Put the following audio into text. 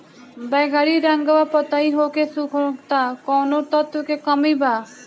बैगरी रंगवा पतयी होके सुखता कौवने तत्व के कमी बा?